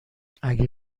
اگه